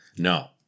No